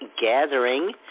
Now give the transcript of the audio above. Gathering